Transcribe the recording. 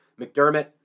McDermott